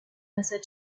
message